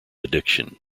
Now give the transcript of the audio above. addiction